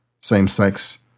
same-sex